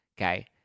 okay